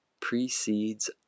precedes